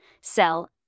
sell